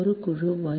ஒரு குழு Y